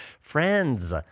Friends